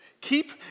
Keep